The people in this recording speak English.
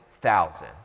thousand